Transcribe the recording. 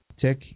tick